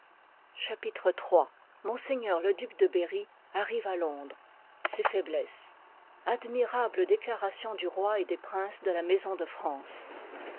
chapitre iii ms le duc de beriy arrive à londres ses faiblesses admirable déclaration du roi et des princes de la maison de france